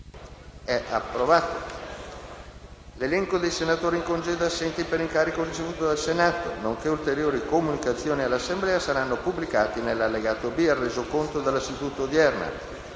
finestra"). L'elenco dei senatori in congedo e assenti per incarico ricevuto dal Senato, nonché ulteriori comunicazioni all'Assemblea saranno pubblicati nell'allegato B al Resoconto della seduta odierna.